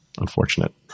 unfortunate